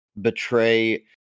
betray